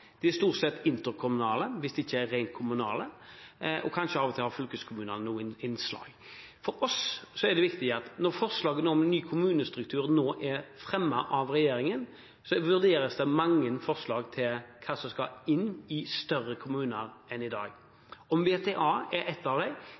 De er stort sett interkommunale, hvis de ikke er rent kommunale, og kanskje har av og til fylkeskommunene noen innslag. For oss er det viktig at i forbindelse med det forslaget til ny kommunestruktur som nå er fremmet av regjeringen, blir det vurdert mange forslag til hva som skal inn i større kommuner sammenliknet med i dag. Om VTA er ett av